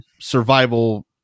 survival